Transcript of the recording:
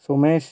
Sumesh